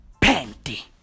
panty